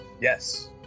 Yes